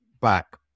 back